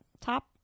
top